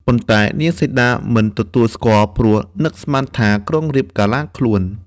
ប៉ុន្តែនាងសីតាមិនទទួលស្គាល់ ព្រោះនឹកស្មានថា ក្រុងរាពណ៍កាឡាខ្លួន។